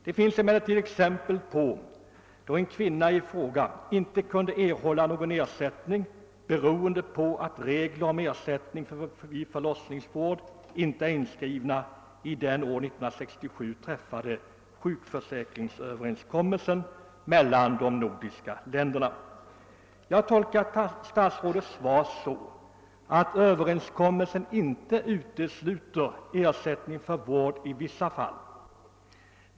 Det finns emellertid exempel på fall där en kvinna inte kunnat erhålla ersättning på grund av att reglerna om ersättning vid förlossningsvård inte är inskrivna i den år 1967 träffade sjukförsäkringsöverenskommelsen mellan de nordiska länderna. Jag tolkar statsrådets svar så, att överenskommelsen inte utesluter ersättning för vård i vissa fall.